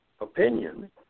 opinion